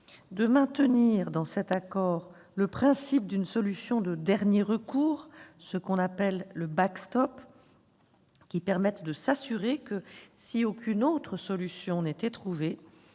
de maintenir le principe d'une solution de dernier recours, ce que l'on appelle le, qui permette de s'assurer que, si aucune autre solution n'était trouvée,